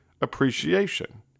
appreciation